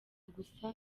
gusa